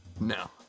No